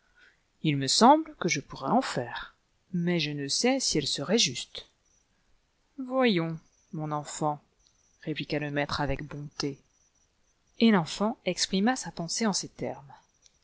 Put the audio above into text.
il me semble que je pourrais en faire mais je ne sais si elle serait juste voyons mon enfant rcpli iua le maître avec bonté et l'enfant exprima sa pensée en ces termes